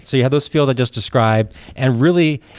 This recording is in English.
so you have those fields i just described and really,